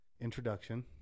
introduction